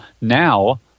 now